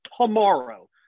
tomorrow